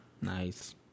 Nice